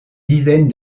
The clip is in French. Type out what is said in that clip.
dizaines